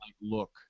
look